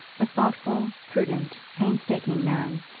a thoughtful, prudent, painstaking man,